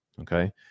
okay